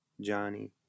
Johnny